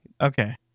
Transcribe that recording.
Okay